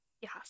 Yes